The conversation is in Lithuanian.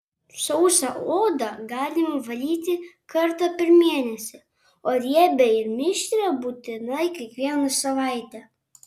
sausą odą galima valyti kartą per mėnesį o riebią ir mišrią būtinai kiekvieną savaitę